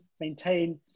maintain